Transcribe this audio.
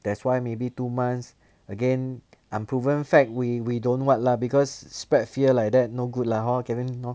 that's why maybe two months again unproven fact we we don't what lah because spread fear like that no good lah hor kevin